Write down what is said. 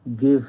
give